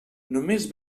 només